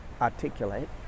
articulate